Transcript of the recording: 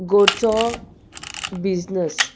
घरचो बिजनस